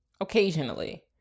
occasionally